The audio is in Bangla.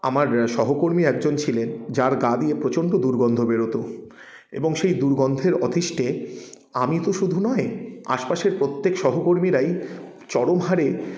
আমার সহকর্মী একজন ছিলেন যার গা দিয়ে প্রচন্ড দুর্গন্ধ বেরতো এবং সেই দুর্গন্ধের অতিষ্টে আমি তো শুধু নয় আশপাশের প্রত্যেক সহকর্মীরাই চরম হারে